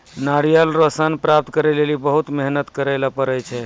नारियल रो सन प्राप्त करै लेली बहुत मेहनत करै ले पड़ै छै